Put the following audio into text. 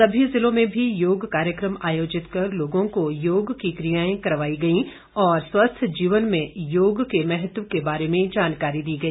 सभी जिलों में भी योग कार्यकम आयोजित कर लोगों को योग की कियाएं करवाई गईं और स्वस्थ जीवन में योग के महत्व के बारे जानकारी दी गई